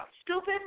stupid